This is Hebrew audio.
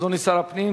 רבותי, בסדר-היום.